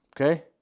Okay